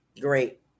Great